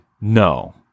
No